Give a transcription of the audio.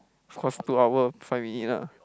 of course two hour five minute lah